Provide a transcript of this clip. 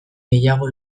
gehiago